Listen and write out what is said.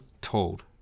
told